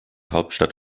hauptstadt